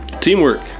Teamwork